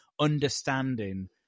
understanding